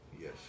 yes